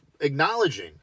acknowledging